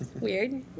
weird